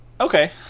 Okay